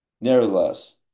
nevertheless